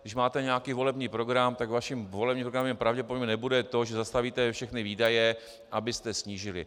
Když máte nějaký volební program, tak ve vašem volebním programu pravděpodobně nebude to, že zastavíte všechny výdaje, abyste je snížili.